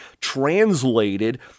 translated